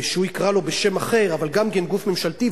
שהוא יקרא לו בשם אחר אבל גם כן גוף ממשלתי,